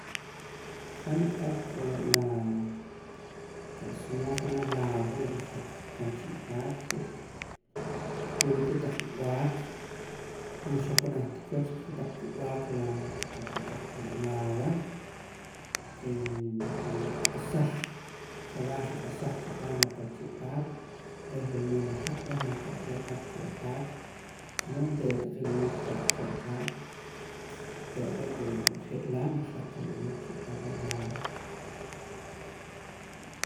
han niq'ar kere' laa qa's moo janaj laawa nrijaq pan chii' paat re' wula kotaq rib'aaq man xajunaj ta kiwach kotaq kib'aaq laa la kotaq re' laawa ke nriq'asaj kabal nriq'asaj chipaam la pan chii' paat reh wul moo najaq reh man qa'keh rijaq chii' apaat si no onteera taqee' wul moo qako'ka chii' apaat re' re' ree' je' laa' nrijaq re' naj chii' paat naj laawa